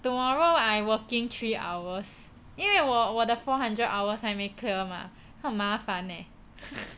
tomorrow I working three hours 因为我我的 four hundred hours 还没 clear mah 很麻烦 leh